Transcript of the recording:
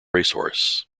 racehorse